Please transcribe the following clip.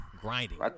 grinding